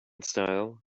style